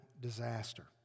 disaster